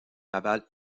naval